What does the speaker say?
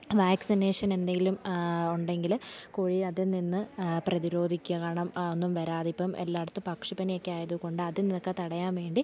vaccination എന്തേലും ഉണ്ടെങ്കിൽ കോഴിയെ അതിൽ നിന്ന് പ്രതിരോധിക്കുക കാരണം ഒന്നും വരാതെ ഇപ്പം എല്ലായിടത്തും പക്ഷി പനിയൊക്കെ ആയതുകൊണ്ട് അതിൽ നിന്നൊക്കെ തടയാൻ വേണ്ടി